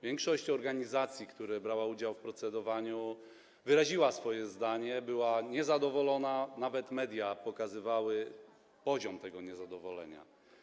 Większość organizacji, które brały udział w procedowaniu nad projektem, wyraziła swoje zdanie, była niezadowolona, nawet media pokazywały poziom tego niezadowolenia.